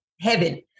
heaven